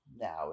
now